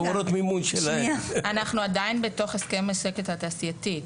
אנחנו עדיין בתוך הסכם השקט התעשייתי.